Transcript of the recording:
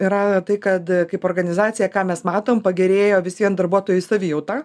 yra tai kad kaip organizacija ką mes matom pagerėjo vis vien darbuotojų savijauta